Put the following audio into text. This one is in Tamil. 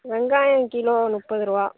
வெங்காயம் கிலோ முப்பது ரூபா